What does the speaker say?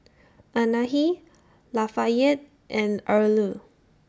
Anahi Lafayette and Erle